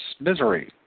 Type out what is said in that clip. misery